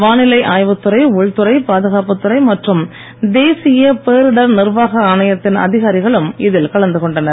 வானிலை ஆய்வுத்துறை உள்துறை பாதுகாப்புத்துறை மற்றும் தேசிய பேரிடர் நிர்வாக ஆணையத்தின் அதிகாரிகளும் இதில் கலந்து கொண்டனர்